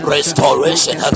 Restoration